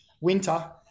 winter